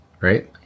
right